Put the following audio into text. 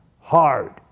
hard